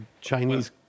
Chinese